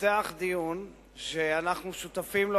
התפתח דיון שאנחנו שותפים לו,